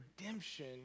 redemption